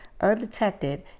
undetected